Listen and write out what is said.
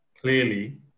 clearly